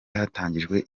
hatangijwe